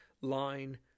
line